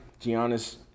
Giannis